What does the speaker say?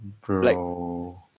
Bro